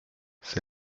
c’est